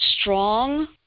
strong